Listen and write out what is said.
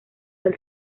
del